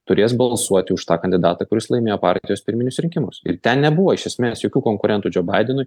turės balsuoti už tą kandidatą kuris laimėjo partijos pirminius rinkimus ir ten nebuvo iš esmės jokių konkurentų džo baidenui